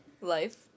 Life